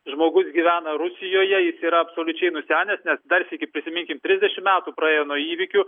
žmogus gyvena rusijoje jis yra absoliučiai nusenęs nes dar sykį prisiminkim trisdešim metų praėjo nuo įvykių